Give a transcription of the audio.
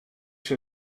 zou